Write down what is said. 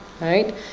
right